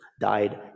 died